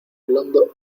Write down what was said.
blondo